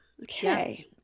Okay